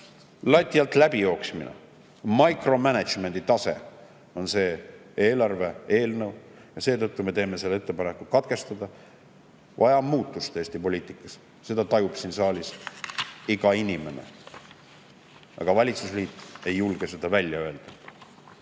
Lati alt läbi jooksmine, micromanagement'i tase on see eelarve eelnõu ja seetõttu me teeme ettepaneku selle [teine lugemine] katkestada. Vaja on muutust Eesti poliitikas, seda tajub siin saalis iga inimene, aga valitsusliit ei julge seda välja öelda.